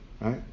Right